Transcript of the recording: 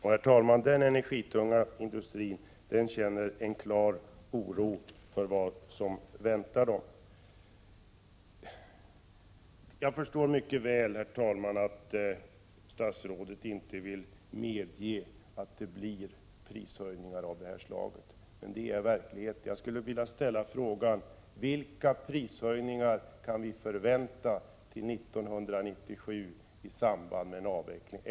Herr talman! Den energitunga industrin känner klar oro för vad som väntar. Jag förstår mycket väl att statsrådet inte vill medge att det blir prishöjningar av det här slaget, men det är verkligheten. Jag skulle vilja fråga: Vilka prishöjningar kan vi förvänta oss till 1997, i samband med avvecklingen?